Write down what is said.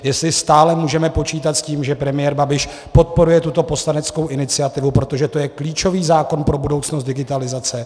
Jestli stále můžeme počítat s tím, že premiér Babiš podporuje tuto poslaneckou iniciativu, protože to je klíčový zákon pro budoucnost digitalizace.